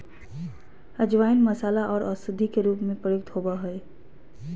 अजवाइन मसाला आर औषधि के रूप में प्रयुक्त होबय हइ